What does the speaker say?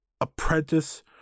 apprentice